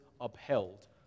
upheld